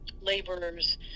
laborers